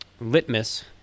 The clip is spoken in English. litmus